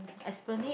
Esplanade